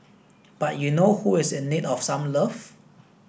but you know who is in need of some love